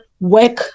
work